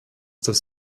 das